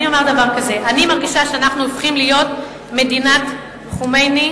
אני מרגישה שאנחנו הופכים להיות מדינת חומייני,